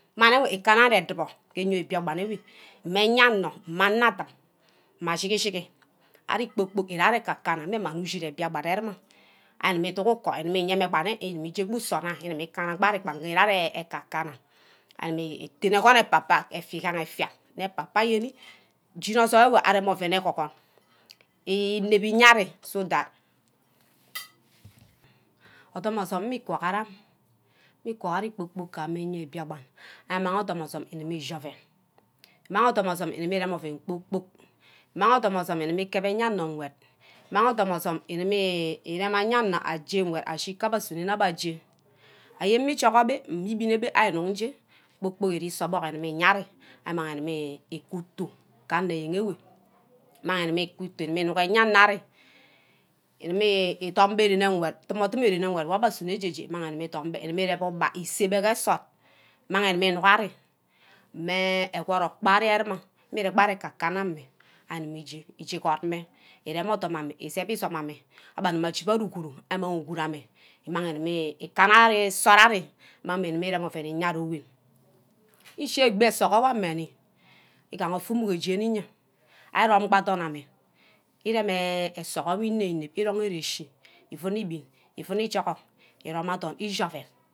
Mami enwe ikana ari edubor ke imia biakpan meh eyanor, meh ana-dim, mah shigi-shigi ari kpor-kpork ire ari aka-kana mageh ushid abiack pan enwe ari gumu uduck uko gimi yebah nne ihibi ije gba usor nna, igimi kana gba ari gba, gbang gee ire ari keka-kana ani itene agoni kpa-kpa meh efia gaha efia ne papa ayene, gineh esor ewe arene ouen egogon inep iyeah ari so that odum osume mmeh igwang ari mmi gwang ari kpor-kpork gami gee enye biakpan, amang odum osume igimi ishi ouen mang odum osume areme ouen kpor-kpork, maha odum osume igimi kep eyea-nor ngwed, mang odum osume igimi rem eyeanor aje ngwed ashi kuba abbeh aje, ayemeh ijugubeh mmibiane beh ari nuck njo kpor-kpork igimi se obuck igimi iyeah ari amang animi iku utu ga anor yene enwe, mani gumi iku utu igimi inuck eyener enwe, igimi dwon beh ren engwed dumor-dumor ren engwed abbeh asunor eje-je igibi idumbeh eren ubah isebeh ke nsort, imang gimi inug ari, meh egword ekpo-ra-ri, mmi reh gba ari eke- kana ari arimi ije, ngi god meh ireme odum amah, igibi isep isume ameh abeh aguma ajige ari uguru, imang uguru ameh imang igumi ikana-ari sort ari, imang meh igimi irem ouen ari wem, ishi egbi esogi ameh igahe ofah imugor jeni enye arom kpa adorn ameh, ireme esogi wor inep-inep, irong gee ere-chi, iuuni ebin, iuun ijugor, irome adorn ishi ouen.